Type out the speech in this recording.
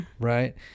right